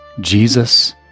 Jesus